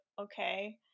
okay